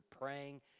praying